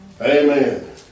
Amen